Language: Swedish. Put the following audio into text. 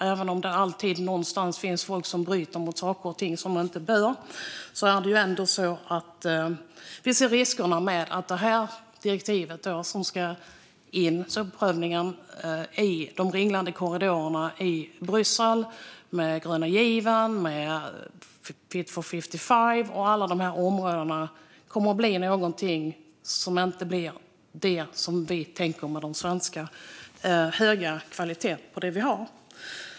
Även om det alltid finns folk någonstans som bryter mot saker och ting på ett sätt som man inte bör ser vi risken att det här direktivet, som ska in Bryssels ringlande korridorer med den gröna given, Fit for 55 och så vidare, kommer att bli något annat än den höga svenska kvaliteten på det vi har.